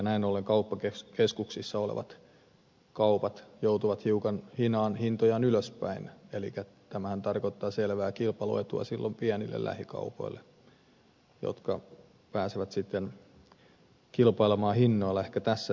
näin ollen kauppakeskuksissa olevat kaupat joutuvat hiukan hinaamaan hintojaan ylöspäin elikkä tämähän tarkoittaa selvää kilpailuetua silloin pienille lähikaupoille jotka pääsevät sitten kilpailemaan hinnoilla ehkä tässä tilanteessa